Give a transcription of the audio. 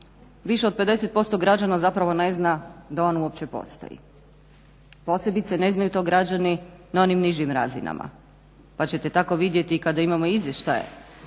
više od 50% građana zapravo ne zna da on uopće postoji. Posebice ne znaju to građani na onim nižim razinama, pa ćete tako vidjeti kada imamo izvještaje